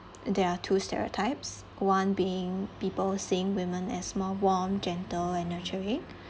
there are two stereotypes one being people seeing women as more warm gentle and nurturing